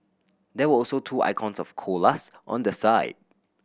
there were also two icons of koalas on the sign